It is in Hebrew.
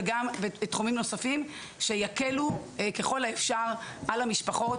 וגם בתחומים נוספים שיקלו ככל האפשר על המשפחות